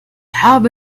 habe